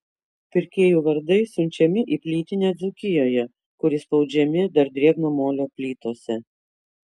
pirkėjų vardai siunčiami į plytinę dzūkijoje kur įspaudžiami dar drėgno molio plytose